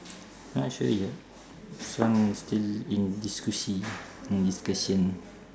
not sure yet this one still in discushy~ in discussion